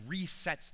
resets